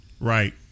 Right